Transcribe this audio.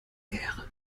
ehre